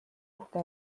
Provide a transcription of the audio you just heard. uhke